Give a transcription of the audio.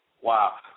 Wow